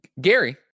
gary